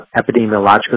epidemiological